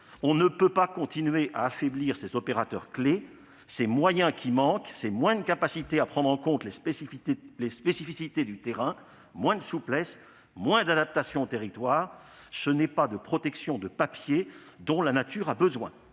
On ne peut continuer d'affaiblir ces opérateurs clés. Ces moyens qui manquent, c'est moins de capacité à prendre en compte les spécificités du terrain, moins de souplesse, moins d'adaptation aux territoires. Ce n'est pas de protection de papier dont la nature a besoin.